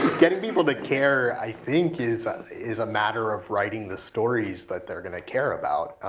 getting people to care, i think, is is a matter of writing the stories that they're gonna care about.